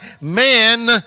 man